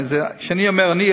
כשאני אומר "אני",